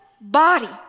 body